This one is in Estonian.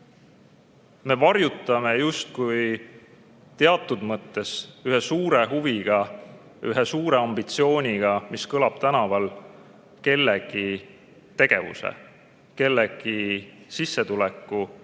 Me teatud mõttes justkui varjutame ühe suure huviga, ühe suure ambitsiooniga, mis kõlab tänaval, kellegi tegevuse, kellegi sissetuleku,